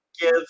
give